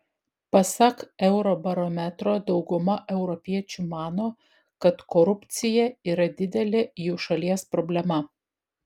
pasak eurobarometro dauguma europiečių mano kad korupcija yra didelė jų šalies problema